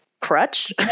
crutch